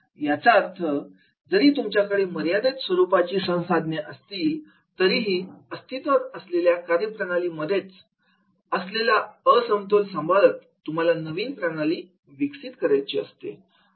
याचा अर्थ जरी तुमच्याकडे मर्यादित स्वरूपाची संसाधने असतील तरीही अस्तित्वात असलेल्या कार्यप्रणाली मध्येच असलेला असमतोल सांभाळत तुम्हाला नवीन प्रणाली विकसित करायची असते